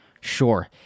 Sure